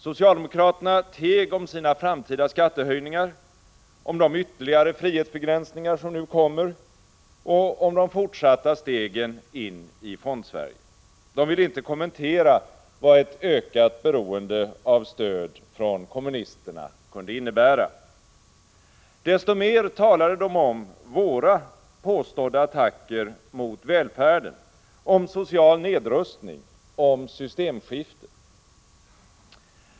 Socialdemokraterna teg om sina framtida skattehöjningar, om de ytterligare frihetsbegränsningar som nu kommer och om de fortsatta stegen in i Fondsverige. De ville inte kommentera vad ett ökat beroende av stöd från kommunisterna kunde innebära. Desto mer talade de om våra påstådda attacker mot välfärden, om social nedrustning, om systemskifte.